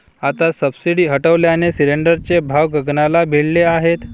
आता सबसिडी हटवल्याने सिलिंडरचे भाव गगनाला भिडले आहेत